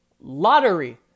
lottery